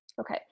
Okay